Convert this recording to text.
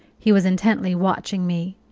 he was intently watching me,